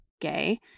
gay